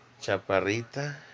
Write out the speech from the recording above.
Chaparrita